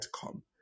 come